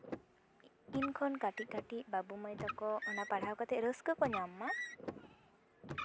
ᱤᱧ ᱠᱷᱚᱱ ᱠᱟᱹᱴᱤᱡ ᱠᱟᱹᱴᱤᱡ ᱵᱟᱹᱵᱩ ᱢᱟᱹᱭ ᱛᱟᱠᱚ ᱚᱱᱟ ᱯᱟᱲᱦᱟᱣ ᱠᱟᱛᱮᱜ ᱨᱟᱹᱥᱠᱟᱹ ᱠᱚ ᱧᱟᱢ ᱢᱟ